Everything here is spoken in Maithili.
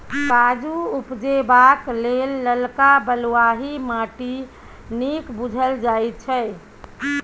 काजु उपजेबाक लेल ललका बलुआही माटि नीक बुझल जाइ छै